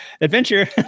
adventure